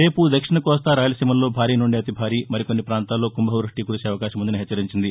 రేపు దక్షిణ కోస్తా రాయలసీమల్లో భారీ నుంచి అతి భారీ మరికొన్ని పాంతాల్లో కుంభవృష్టి కురిసే అవకాశముందని హెచ్చరించింది